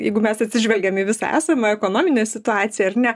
jeigu mes atsižvelgiam į visą esamą ekonominę situaciją ar ne